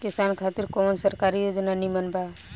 किसान खातिर कवन सरकारी योजना नीमन बा?